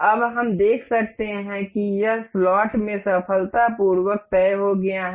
अब हम देख सकते हैं कि यह स्लॉट में सफलतापूर्वक तय हो गया है